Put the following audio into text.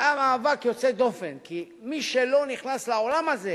היה מאבק יוצא דופן, כי מי שלא נכנס לעולם הזה